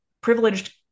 privileged